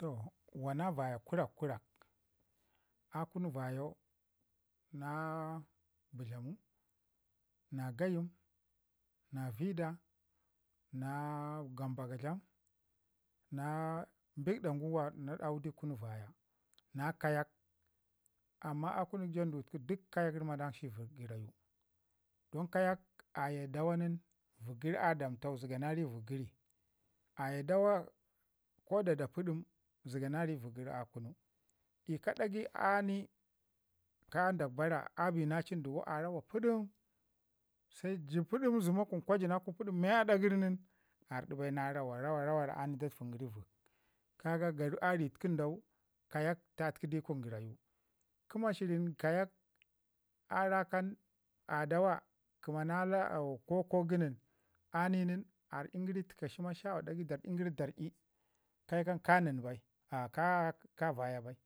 Toh wana vaya kurak- kurak a kunu vayau na bətlamu, na gayim, na vida, na yambagadlam, na bikda na dawu du i'kunu vaya, na kayak. Amma a kunu handu tuku duk kayak rimanakshi gərayu. Don gayak aye dawa nin vək gəri a dantau zəga na rii vək gəri. Aye dawa ko da da pəɗim zəgana ri vək gəri a kunu ii ka dagai ani ka ndak bara a bi na lin dugo a rawa pəɗim ju pəɗim se zəma gun kwa ii na kun pəɗim nin ardu bai na rawa rawa rawa a ni da tufin gəri vək. Ka ga a ritundau kayak tatə ki di kun gərayu. Kə mashirin gayak a rakan a dawa kəma na koko kə nən a ni nin ar'in gəri təka masha shawa d'agai darr'i ke kan ka nən bai a ka ka vaya bai.